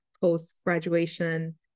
post-graduation